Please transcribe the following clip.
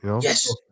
Yes